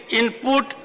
input